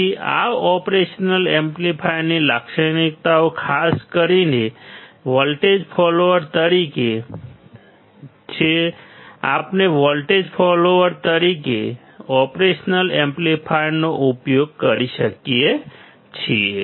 તેથી આ ઓપરેશનલ એમ્પ્લીફાયરની લાક્ષણિકતાઓ છે ખાસ કરીને વોલ્ટેજ ફોલોઅર તરીકે આ રીતે આપણે વોલ્ટેજ ફોલોઅર તરીકે ઓપરેશનલ એમ્પ્લીફાયરનો ઉપયોગ કરી શકીએ છીએ